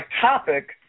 topic